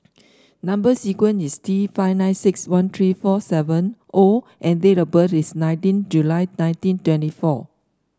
number sequence is T five nine six one three four seven O and date of birth is nineteen July nineteen twenty four